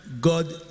God